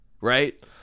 right